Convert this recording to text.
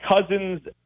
cousin's